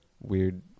weird